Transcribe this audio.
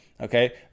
okay